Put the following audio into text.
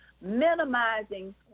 minimizing